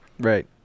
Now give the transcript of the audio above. Right